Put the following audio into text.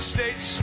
States